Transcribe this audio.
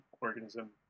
organism